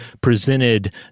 presented